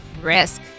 risk